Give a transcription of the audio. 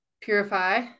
purify